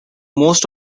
most